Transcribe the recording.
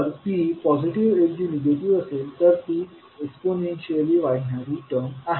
जर p positives ऐवजी negative असेल तर ती एक्सपोनेन्शियली वाढणारी टर्म आहे